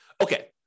Okay